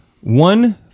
one